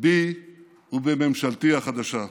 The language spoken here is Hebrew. בי ובממשלתי החדשה.